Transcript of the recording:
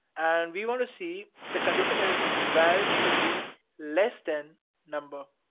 and we want to see the condition is, val should be less than number.